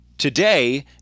Today